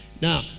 Now